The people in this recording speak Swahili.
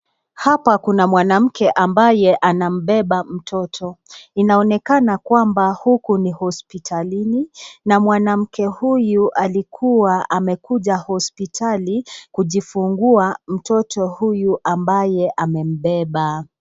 Hapa kuna mwanamke ambaye anambeba mtoto. Inaonekana kwamba huku ni hospitalini na mwanamke huyu alikuwa amekuja hospitali kujifugua mtoto huyu ambaye amembeba.